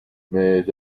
mais